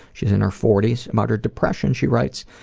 she's in her forty s. about her depression, she writes,